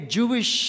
Jewish